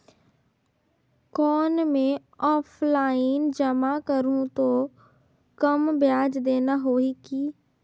कौन मैं ऑफलाइन जमा करहूं तो कम ब्याज देना होही की?